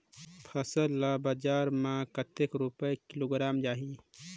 फसल ला बजार मां कतेक रुपिया किलोग्राम जाही?